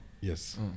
Yes